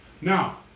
Now